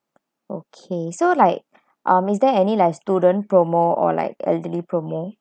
okay so like um is there any like student promo or like elderly promo